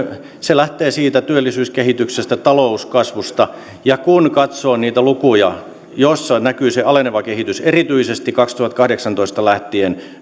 se lähtee työllisyyskehityksestä ja talouskasvusta ja kun katsoo niitä lukuja näkyy se aleneva kehitys erityisesti kaksituhattakahdeksantoista lähtien